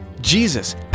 Jesus